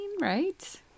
right